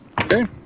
Okay